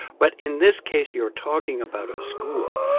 but in this case, you're talking about a school.